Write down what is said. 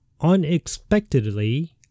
unexpectedly